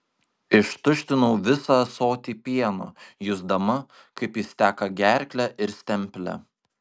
ištuštinau visą ąsotį pieno jusdama kaip jis teka gerkle ir stemple